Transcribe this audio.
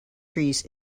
trees